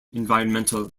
environmental